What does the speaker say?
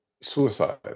suicide